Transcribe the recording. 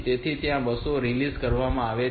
તેથી ત્યાં બસો રીલીઝ કરવામાં આવે છે